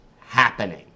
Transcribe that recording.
happening